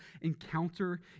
encounter